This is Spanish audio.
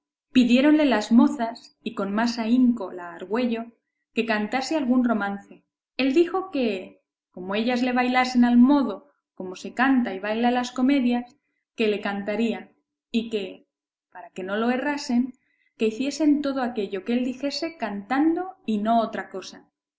hablar pidiéronle las mozas y con más ahínco la argüello que cantase algún romance él dijo que como ellas le bailasen al modo como se canta y baila en las comedias que le cantaría y que para que no lo errasen que hiciesen todo aquello que él dijese cantando y no otra cosa